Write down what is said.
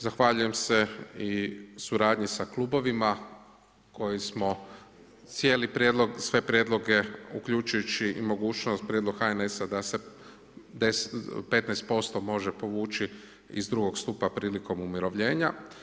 Zahvaljujem se i suradnji sa klubovima koji smo cijeli prijedlog i sve prijedloge uključujući i mogućnost prijedlog HNS-a da se 15% može povući iz drugog stupa prilikom umirovljenja.